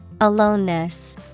Aloneness